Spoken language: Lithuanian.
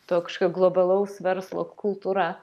tokia kažkokia globalaus verslo kultūra